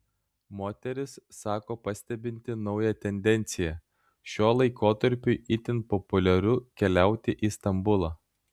moteris sako pastebinti naują tendenciją šiuo laikotarpiui itin populiaru keliauti į stambulą